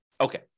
Okay